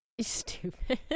Stupid